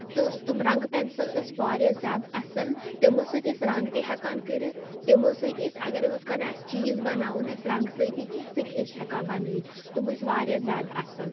تہٕ تِم رنگہٕ پینسل ٲسۍ واریاہ زیادٕ اَصٕل تِمو سۭتۍ ٲسۍ رنگ تہِ ہٮ۪کان کٔرِتھ تِمو سۭتۍ ٲسۍ اَگر ہُتھ کَن اَسہِ چیٖز بَناوُن آسہِ رنگہٕ سۭتی کیٚنٛہہ سُہ تہِ ٲسۍ ہیٚکان بَنٲیِتھ تِم ٲسۍ واریاہ زیادٕ اَصٕل